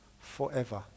forever